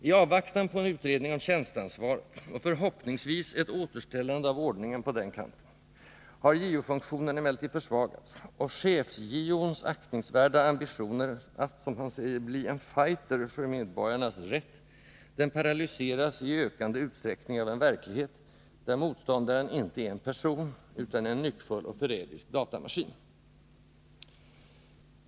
I avvaktan på en utredning om tjänsteansvaret — och förhoppningsvis ett återställande av ordningen på den kanten — har JO-funktionen emellertid försvagats, och ”chefs-JO:s” aktningsvärda ambitioner att bli en ”fighter” för medborgarnas rätt paralyseras i ökande utsträckning av en verklighet, där motståndaren inte är en person utan en nyckfull och förrädisk datamaskin.